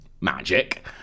magic